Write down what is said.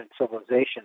civilization